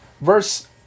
Verse